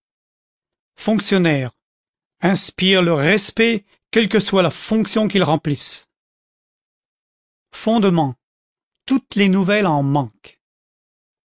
fonctionnaire inspire le respect quelle que soit la fonction qu'il remplisse fondement toutes les nouvelles en manquent